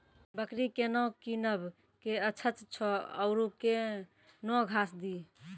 बकरी केना कीनब केअचछ छ औरू के न घास दी?